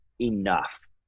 Enough